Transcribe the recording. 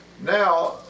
Now